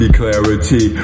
clarity